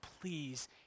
please